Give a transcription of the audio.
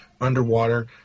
underwater